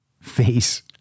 face